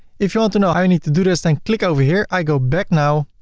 if you want to know how you need to do this thing, click over here i go back now